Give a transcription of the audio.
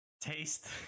taste